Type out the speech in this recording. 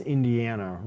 Indiana